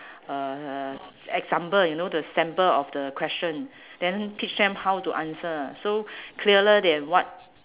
uh example you know the sample of the question then teach them how to answer so clearer than what